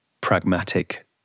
pragmatic